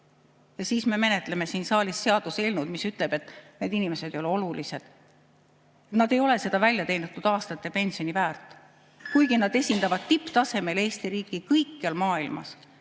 Ja siis me menetleme siin saalis seaduseelnõu, mis ütleb, et need inimesed ei ole olulised, nad ei ole seda väljateenitud aastate pensioni väärt. Kuigi nad esindavad tipptasemel Eesti riiki kõikjal maailmas,